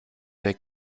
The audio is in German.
der